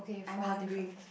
I'm hungry